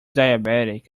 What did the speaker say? diabetic